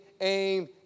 aim